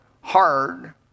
hard